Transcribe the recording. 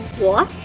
what